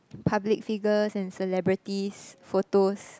public figures and celebrities photos